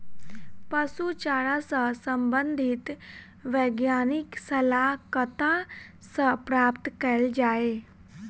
पशु चारा सऽ संबंधित वैज्ञानिक सलाह कतह सऽ प्राप्त कैल जाय?